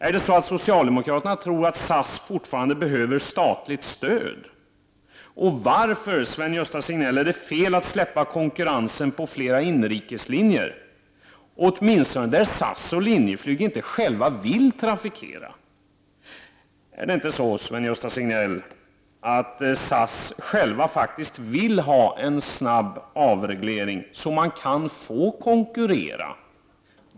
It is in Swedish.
Tror socialdemokraterna att SAS fortfarande behöver statligt stöd? Varför är det fel att slopa konkurrensen på fler inrikeslinjer, åtminstone där SAS och Linjeflyg inte vill trafikera? Är det inte så, Sven-Gösta Signell, att SAS i själva verket vill ha en snabb avreglering, för att det skall bli tillåtet att konkurrera?